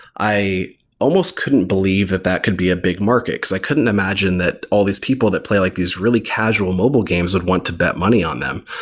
i almost couldn't believe that that could be a big market, because i couldn't imagine that all these people that play like this really casual mobile games would want to bet money on them.